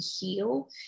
heal